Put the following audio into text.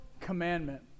commandment